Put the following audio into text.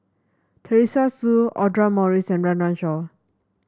Teresa Hsu Audra Morrice and Run Run Shaw